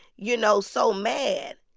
you know, so mad,